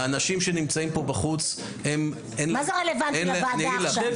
האנשים שנמצאים פה בחוץ הם --- מה זה רלוונטי לוועדה עכשיו?